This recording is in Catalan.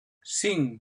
cinc